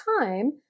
time